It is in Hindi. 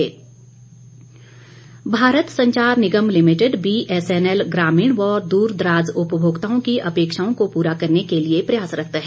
BSNL Bharat Sanchar Nigam limited BSNL ग्रामीण व दूरदराज उपभोक्ताओं की अपेक्षाओं को पूरा करने के लिए प्रयासरत है